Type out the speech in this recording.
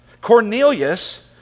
Cornelius